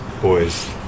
boys